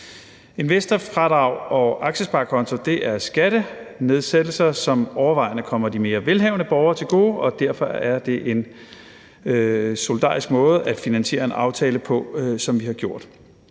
Investorfradrag og aktiesparekonto er skattenedsættelser, som overvejende kommer de mere velhavende borgere til gode, og derfor er det en solidarisk måde at finansiere en aftale på, som vi har gjort.